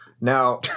Now